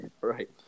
Right